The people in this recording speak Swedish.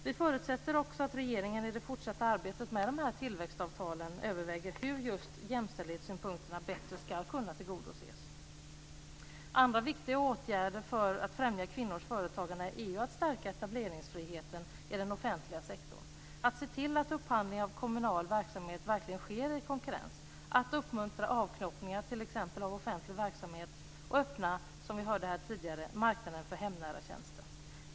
Vi förutsätter också att regeringen i det fortsatta arbetet med dessa tillväxtavtal överväger hur just jämställdhetssynpunkterna bättre ska kunna tillgodoses. Andra viktiga åtgärder för att främja kvinnors företagande är att stärka etableringsfriheten i den offentliga sektorn och att se till att upphandling av kommunal verksamhet verkligen sker i konkurrens och att uppmuntra avknoppningar t.ex. av offentlig verksamhet och öppna, som vi hörde tidigare, marknaden för hemnära tjänster.